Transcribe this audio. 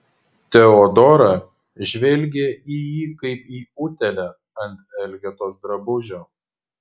teodora žvelgė į jį kaip į utėlę ant elgetos drabužio